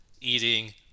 eating